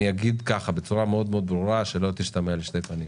אני אומר בצורה מאוד מאוד ברורה שלא תשתמע שתי פנים.